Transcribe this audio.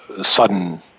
sudden